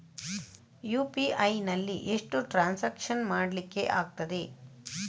UPI ನಲ್ಲಿ ಎಷ್ಟು transaction ಮಾಡ್ಲಿಕ್ಕೆ ಆಗ್ತದೆ?